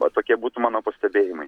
va tokie būtų mano pastebėjimai